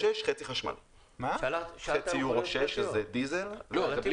חצי יורו 6 זה דיזל וחצי חשמל.